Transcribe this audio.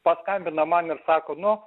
paskambina man ir sako nu